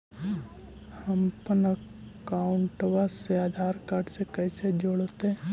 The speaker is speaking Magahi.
हमपन अकाउँटवा से आधार कार्ड से कइसे जोडैतै?